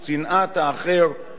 או הפחד מהאחר,